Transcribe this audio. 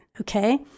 okay